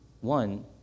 one